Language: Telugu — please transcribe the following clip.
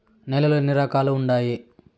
నేలలు ఎన్ని రకాలు వుండాయి?